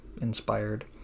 inspired